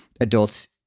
adults